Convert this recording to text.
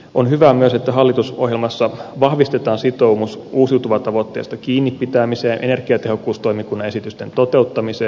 on hyvä myös että hallitusohjelmassa vahvistetaan sitoumus uusiutuvan tavoitteesta kiinni pitämiseen energiatehokkuustoimikunnan esitysten toteuttamiseen